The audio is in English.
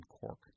Cork